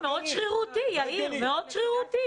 יאיר, מאוד שרירותי.